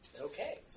Okay